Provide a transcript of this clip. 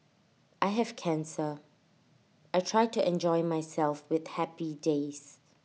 I have cancer I try to enjoy myself with happy days